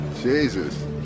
Jesus